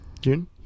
June